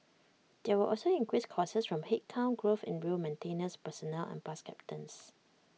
there were also increased costs from headcount growth in rail maintenance personnel and bus captains